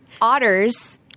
Otters